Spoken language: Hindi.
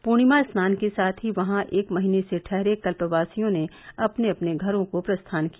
पूर्णिमा स्नान के साथ ही वहां एक महीने से ठहरे कल्पवासियों ने अपने अपने घरों को प्रस्थान किया